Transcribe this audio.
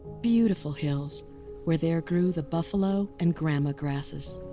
beautiful hills where there grew the buffalo and grama grasses.